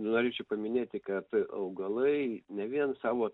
norėčiau paminėti kad augalai ne vien savo